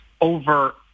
over